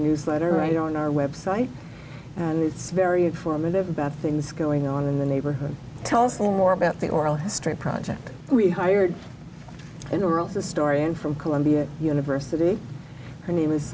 newsletter right on our website and it's very informative about things going on in the neighborhood tell us all more about the oral history project we hired an oral historian from columbia university her name is